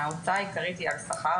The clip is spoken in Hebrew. ההוצאה העיקרית היא על שכר,